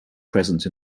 present